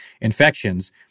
infections